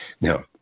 Now